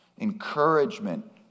encouragement